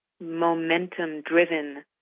momentum-driven